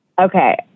Okay